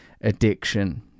addiction